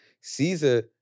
Caesar